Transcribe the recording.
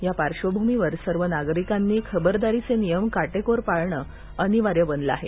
या पार्श्वभूमीवर सर्व नागरिकांनी खबरदारीचे नियम काटेकोर पाळणे अनिवार्य बनले आहे